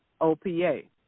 OPA